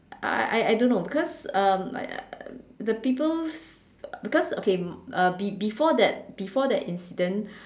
I I I don't know because um the people because okay uh be~ before that before that incident